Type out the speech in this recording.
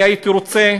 אני הייתי רוצה,